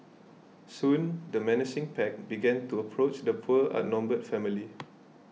soon the menacing pack began to approach the poor outnumbered family